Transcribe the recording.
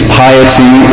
piety